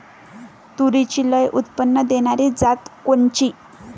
तूरीची लई उत्पन्न देणारी जात कोनची?